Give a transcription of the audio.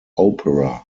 opera